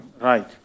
Right